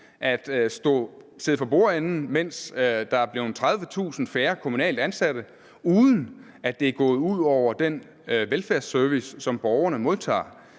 at sidde for bordenden, mens der er blevet 30.000 færre kommunalt ansatte, uden at det er gået ud over den velfærdsservice, som borgerne modtager.